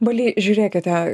baly žiūrėkite